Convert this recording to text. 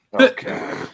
Okay